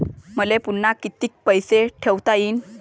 मले पुन्हा कितीक पैसे ठेवता येईन?